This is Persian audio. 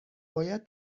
باید